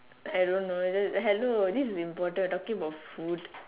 I don't know the hello this is important talking about food